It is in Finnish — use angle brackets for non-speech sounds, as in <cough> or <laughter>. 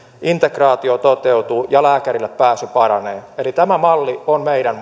raatio toteutuu ja lääkärille pääsy paranee eli tämä malli on meidän <unintelligible>